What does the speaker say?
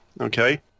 okay